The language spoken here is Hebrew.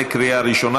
בקריאה ראשונה,